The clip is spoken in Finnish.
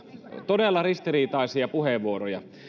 todella ristiriitaisia puheenvuoroja